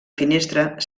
finestra